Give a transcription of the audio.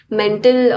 mental